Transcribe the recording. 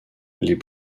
les